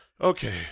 Okay